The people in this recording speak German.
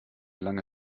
lange